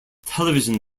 television